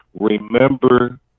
remember